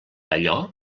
allò